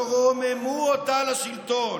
שרוממו אותה לשלטון.